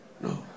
No